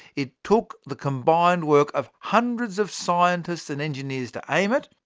it took the combined work of hundreds of scientists and engineers to aim it.